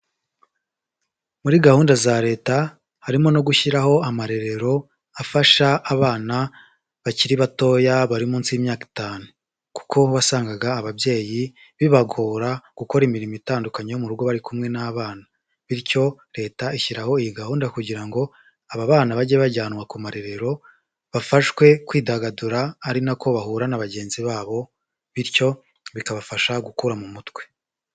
Muri gahunda za Leta harimo no gushyiraho amarerero afasha abana bakiri batoya bari munsi y'imyaka itanu. Kuko wasangaga ababyeyi bibagora gukora imirimo itandukanye yo mu rugo bari kumwe n'abana. Bityo Leta ishyiraho iyi gahunda kugira ngo aba bana bajye bajyanwa ku marerero bafashwe kwidagadura ari nako bahura na bagenzi babo. Bityo bikabafasha gukura mu mutwe.